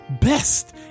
best